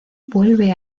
vuelve